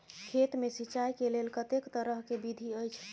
खेत मे सिंचाई के लेल कतेक तरह के विधी अछि?